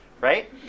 right